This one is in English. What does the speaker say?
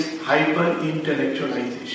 hyper-intellectualization